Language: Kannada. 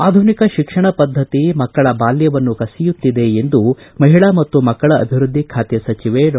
ಆಧುನಿಕ ಶಿಕ್ಷಣ ಪದ್ಧತಿ ಮಕ್ಕಳ ಬಾಲ್ಲವನ್ನು ಕಸಿಯುತ್ತಿದೆ ಎಂದು ಮಹಿಳಾ ಮತ್ತು ಮಕ್ಕಳ ಅಭಿವೃದ್ದಿ ಖಾತೆ ಸಚಿವೆ ಡಾ